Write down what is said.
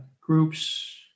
groups